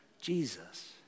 Jesus